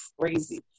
crazy